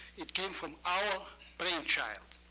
it came from our brain child,